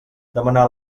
demanar